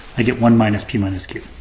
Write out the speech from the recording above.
i get one minus p minus q.